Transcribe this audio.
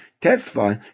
testify